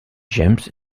james